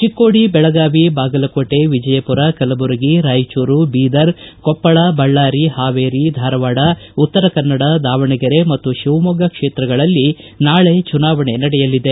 ಚಿಕ್ಕೋಡಿ ಬೆಳಗಾವಿ ಬಾಗಲಕೋಟೆ ವಿಜಯಪುರ ಕಲಬುರಗಿ ರಾಯಚೂರು ಬೀದರ್ ಕೊಪ್ಪಳ ಬಳ್ಳಾರಿ ಹಾವೇರಿ ಧಾರವಾಡ ಉತ್ತರ ಕನ್ನಡ ದಾವಣಗೆರೆ ಮತ್ತು ಶಿವಮೊಗ್ಗ ಕ್ಷೇತ್ರಗಳಲ್ಲಿ ನಾಳೆ ಚುನಾವಣೆ ನಡೆಯಲಿದೆ